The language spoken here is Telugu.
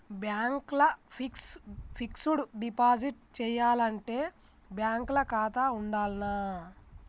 బ్యాంక్ ల ఫిక్స్ డ్ డిపాజిట్ చేయాలంటే బ్యాంక్ ల ఖాతా ఉండాల్నా?